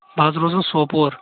بہٕ حظ روزان سوپور